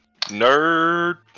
Nerd